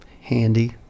Handy